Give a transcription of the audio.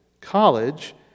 college